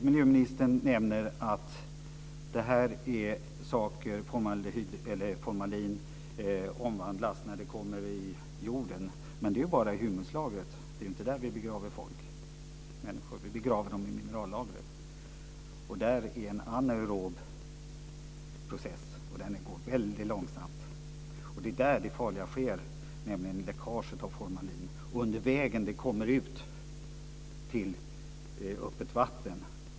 Miljöministern nämner att formalin omvandlas när det kommer ut i jorden, men det gäller bara i humuslagret. Det är inte där som vi begraver människor utan i minerallagret. Där sker en anaerob process, som går väldigt långsamt. Det är där som det farliga inträffar, nämligen läckaget av formalin ned mot öppet vatten.